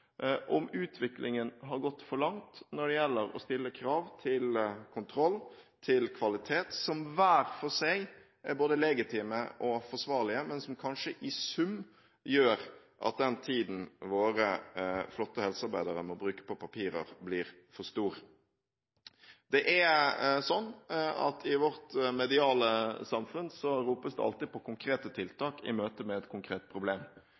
om utviklingen har gått for langt når det gjelder å stille krav til kontroll og kvalitet, som hver for seg er både legitime og forsvarlige, men som kanskje i sum gjør at den tiden våre flotte helsearbeidere må bruke på papirer, blir for stor. I vårt mediale samfunn ropes det alltid på konkrete tiltak i møte med et konkret problem,